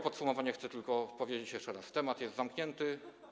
Podsumowując, chcę tylko powiedzieć jeszcze raz: temat jest zamknięty.